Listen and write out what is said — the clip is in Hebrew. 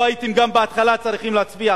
גם בהתחלה לא הייתם צריכים להצביע,